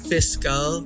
Fiscal